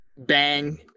bang